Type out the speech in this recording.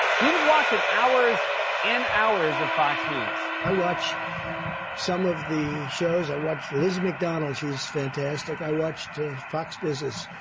he was watchin' hours and hours of fox news. i watch some of the. shows. i watched liz mcdonald. she's fantastic. i watched fox business.